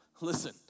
listen